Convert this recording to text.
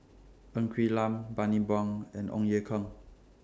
Ng Quee Lam Bani Buang and Ong Ye Kung